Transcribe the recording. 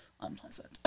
unpleasant